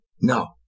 No